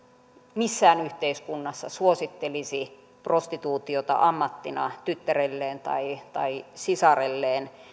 missään yhteiskunnassa suosittelisi prostituutiota ammattina tyttärelleen tai tai sisarelleen